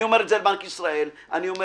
אני אומר לבנק ישראל, אני אומר